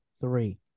three